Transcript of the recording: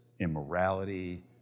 immorality